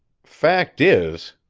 fact is,